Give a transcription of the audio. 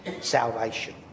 salvation